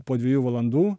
po dviejų valandų